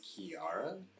Kiara